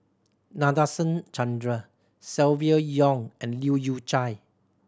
Nadasen Chandra Silvia Yong and Leu Yew Chye